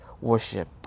worship